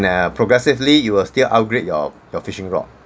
progressively you will still upgrade your your fishing rod